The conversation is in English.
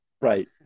Right